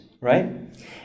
right